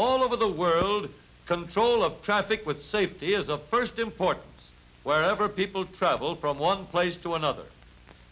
all over the world control of traffic with safety is of first importance wherever people travel from one place to another